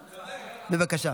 בבקשה.